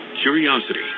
Curiosity